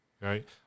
Right